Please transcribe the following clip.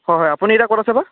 হয় হয় আপুনি এতিয়া ক'ত আছে বা